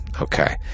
Okay